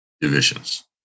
divisions